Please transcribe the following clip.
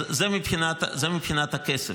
זה מבחינת הכסף.